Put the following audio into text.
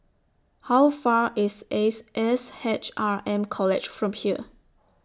How Far away IS Ace S H R M College from here